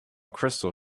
crystal